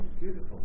Beautiful